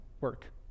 work